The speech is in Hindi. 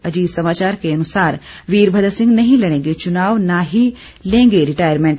अजीत समाचार के अनुसार वीरभद्र सिंह नहीं लड़ेंगे चुनाव न ही लेंगे रिटार्यमैंट